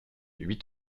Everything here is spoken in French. huit